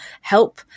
help